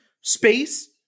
space